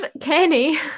Kenny